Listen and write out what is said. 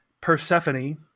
Persephone